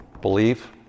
Believe